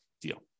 deal